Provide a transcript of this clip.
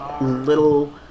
little